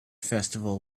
festival